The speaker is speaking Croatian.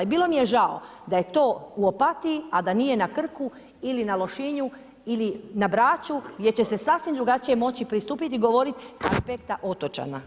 I bilo mi je žao da je to u Opatiji, a da nije na Krku ili na Lošinju ili na Braču gdje će se sasvim drugačije moći pristupit i govorit s aspekta otočana.